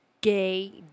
gay